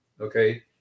okay